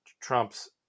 Trump's